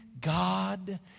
God